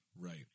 Right